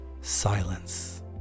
silence